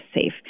safe